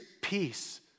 peace